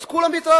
אז כולם מתרעמים.